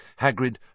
Hagrid